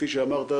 כפי שאמרת,